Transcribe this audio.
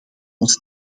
ons